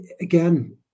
again